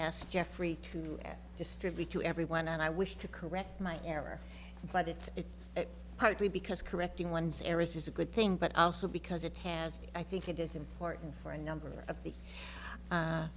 ask jeffrey to distribute to everyone and i wish to correct my error but it's partly because correcting one's areas is a good thing but also because it has i think it is important for a number of the